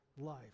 life